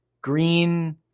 green